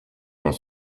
dans